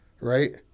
right